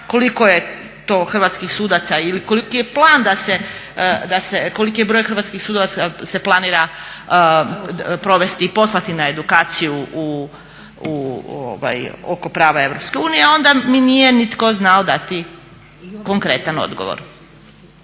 koliko je to hrvatskih sudaca, ili koliki je plan da se, koliki je broj hrvatskih sudaca se planira provesti i poslati na edukaciju oko prava EU, a onda mi nije nitko znao dati konkretan odgovor.